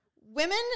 Women